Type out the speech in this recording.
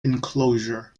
enclosure